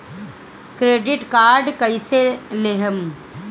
Credit card कईसे लेहम?